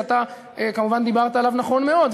שאתה כמובן דיברת עליו נכון מאוד,